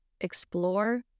Explore